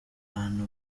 bantu